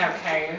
Okay